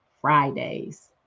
Fridays